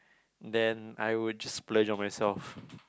then I would just splurge on myself